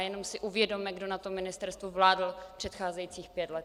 Jenom si uvědomme, kdo na tom ministerstvu vládl předcházejících pět let.